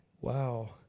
Wow